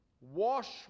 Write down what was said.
wash